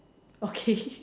okay